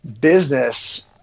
business